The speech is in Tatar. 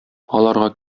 аларга